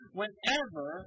whenever